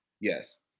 yes